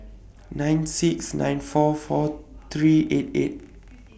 nine six nine four four three eight eight